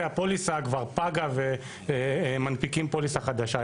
הפוליסה כבר פגה ומנפיקים פוליסה חדשה.